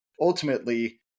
ultimately